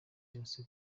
yose